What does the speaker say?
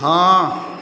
हाँ